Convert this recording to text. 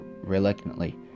reluctantly